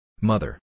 Mother